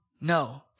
no